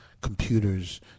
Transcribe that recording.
computers